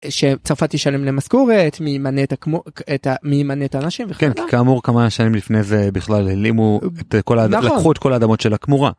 שצרפת תשלם להם משכורת, מי ימנה את הכמורה, מי ימנה את האנשים, כאמור כמה שנים לפני זה בכלל הלאימו, לקחו את כל האדמות של הכמורה.